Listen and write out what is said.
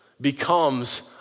becomes